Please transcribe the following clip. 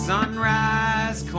Sunrise